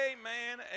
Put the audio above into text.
Amen